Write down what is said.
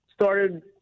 started